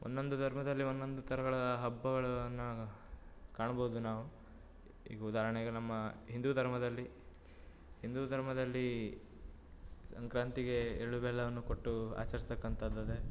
ಒನ್ನೊಂದು ಧರ್ಮದಲ್ಲಿ ಒಂದೊಂದು ಥರಗಳ ಹಬ್ಬಗಳನ್ನ ಕಾಣ್ಬೋದು ನಾವು ಈಗ ಉದಾಹರಣೆಗೆ ನಮ್ಮ ಹಿಂದೂ ಧರ್ಮದಲ್ಲಿ ಹಿಂದೂ ಧರ್ಮದಲ್ಲಿ ಸಂಕ್ರಾಂತಿಗೆ ಎಳ್ಳು ಬೆಲ್ಲವನ್ನು ಕೊಟ್ಟು ಆಚರ್ಸ್ತಕ್ಕಂಥದ್ದು